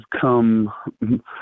come